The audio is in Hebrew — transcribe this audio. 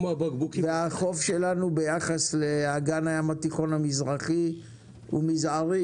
והחוף שלנו ביחס לאגן הים התיכון המזרחי הוא מזערי,